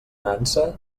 nansa